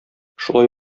шулай